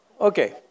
okay